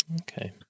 Okay